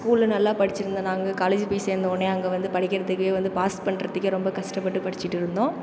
ஸ்கூலில் நல்லா படிச்சிருந்தால் நாங்கள் காலேஜ் போய் சேர்ந்தவொன்னே அங்கே வந்து படிக்கிறதுக்கு வந்து பாஸ் பண்ணுறதுக்குகே ரொம்ப கஷ்டப்பட்டு படிச்சிகிட்டு இருந்தோம்